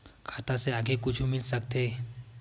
खाता से आगे कुछु मिल सकथे?